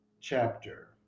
chapter